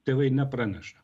tėvai nepraneša